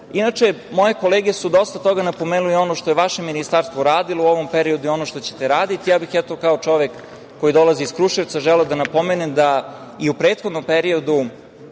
moje kolege su dosta toga napomenule i ono što je vaše Ministarstvo uradilo u ovom periodu i ono što ćete raditi. Kao čovek koji dolazi iz Kruševca, želeo bih da napomenem da je i u prethodnom periodu